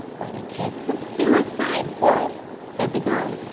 but a case of suicide would, said the girl.